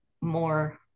more